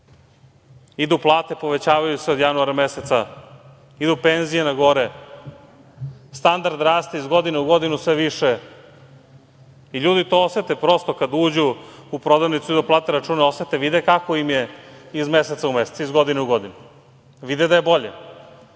idu plate povećavaju se od januara meseca, idu penzije na gore, standard raste iz godine u godinu sve više. Ljudi to osete, prosto kad uđu prodavnicu i da plate račune, osete i vide kako im je iz meseca u mesec, iz godine u godinu. Vide da je bolje,